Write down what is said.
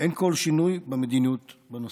אין כל שינוי במדיניות בנושא.